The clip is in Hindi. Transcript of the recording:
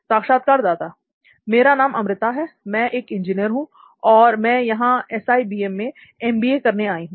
साक्षात्कारदाता मेरा नाम अमृता है मैं एक इंजीनियर हूं और मैं यहां एसआईबीएम में एमबीए करने आई हूं